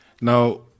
Now